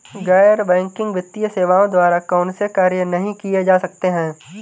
गैर बैंकिंग वित्तीय सेवाओं द्वारा कौनसे कार्य नहीं किए जा सकते हैं?